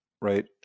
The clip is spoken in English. right